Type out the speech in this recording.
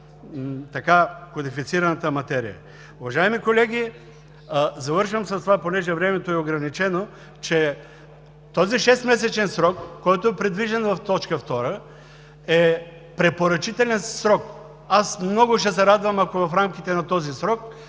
кодифицираната материя. Уважаеми колеги, завършвам с това, понеже времето е ограничено, че този шестмесечен срок, който е предвиден в т. 2, е препоръчителен. Аз много ще се радвам, ако в рамките на този срок